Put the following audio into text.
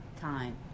time